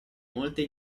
molte